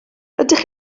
ydych